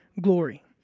glory